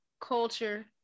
culture